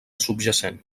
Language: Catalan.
subjacent